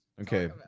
Okay